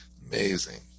amazing